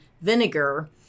vinegar